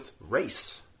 race